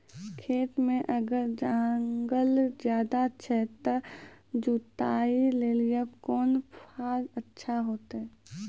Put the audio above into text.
खेत मे अगर जंगल ज्यादा छै ते जुताई लेली कोंन फार अच्छा होइतै?